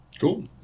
Cool